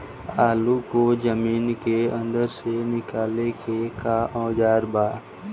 आलू को जमीन के अंदर से निकाले के का औजार बा?